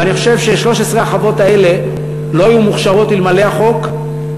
ואני חושב ש-13 החוות האלה לא היו מוכשרות אלמלא החוק.